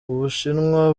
ubushinwa